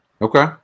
Okay